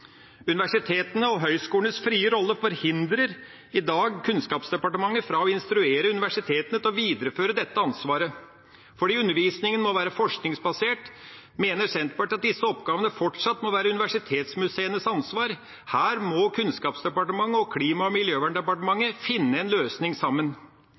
Universitetene og høyskolenes frie rolle forhindrer i dag Kunnskapsdepartementet fra å instruere universitetene til å videreføre dette ansvaret. Fordi undervisningen må være forskningsbasert, mener Senterpartiet at disse oppgavene fortsatt må være universitetsmuseenes ansvar, her må Kunnskapsdepartementet og Klima- og miljødepartementet finne en løsning sammen.